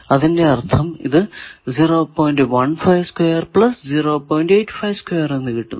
അതിന്റെ അർഥം ഇത് എന്ന് കിട്ടുന്നു